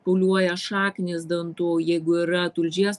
pūliuoja šaknys dantų jeigu yra tulžies